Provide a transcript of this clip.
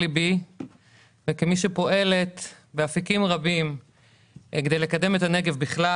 לבי וכמי שפועלת באפיקים רבים כדי לקדם את הנגב בכלל,